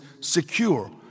secure